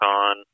on